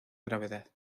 gravedad